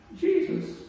Jesus